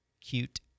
cute